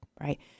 right